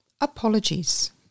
Apologies